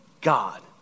God